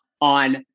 on